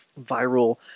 viral